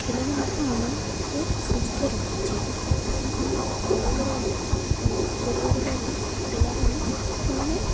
ଖେଳ ମଧ୍ୟ ଆମକୁ ସୁସ୍ଥ ରଖୁଛି କାହିଁକିନା ବଡ଼ ବଡ଼ ଲୋ ପରିବାରର ପିଲାମାନେ ସେମାନେ